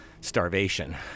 starvation